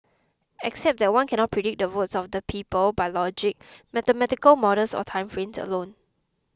except that one cannot predict the votes of the people by logic mathematical models or time frames alone